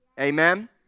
Amen